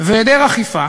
והיעדר אכיפה